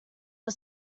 are